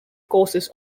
courses